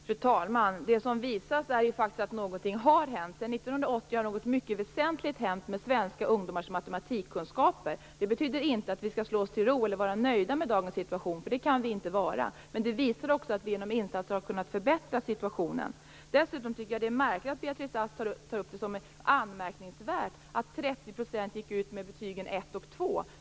Fru talman! Det som visas är ju faktiskt att någonting har hänt. Sedan 1980 har något mycket väsentligt hänt med svenska ungdomars matematikkunskaper. Det betyder inte att vi skall slå oss till ro eller vara nöjda med dagens situation, för det kan vi inte vara. Men detta visar att vi genom insatser har kunnat förbättra situationen. Dessutom tycker jag att det är märkligt att Beatrice Ask tar upp det som något anmärkningsvärt att 30 % gick ut med betyget 1 och 2.